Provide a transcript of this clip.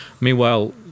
Meanwhile